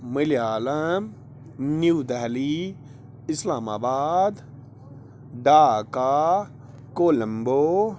Malayalam new Delhi Islamabad Dhaka Colombo